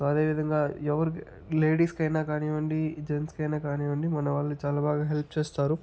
so అదే విధంగా ఎవరికి లేడీస్కి అయినా కానివ్వండి జెంట్స్కి అయినా కానివ్వండి మన వాళ్ళు చాలా బాగా హెల్ప్ చేస్తారు